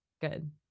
Good